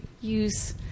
use